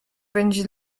będzie